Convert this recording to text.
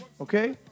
Okay